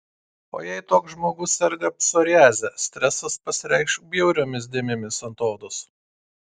o jei toks žmogus serga psoriaze stresas pasireikš bjauriomis dėmėmis ant odos